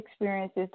experiences